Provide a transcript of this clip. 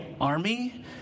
army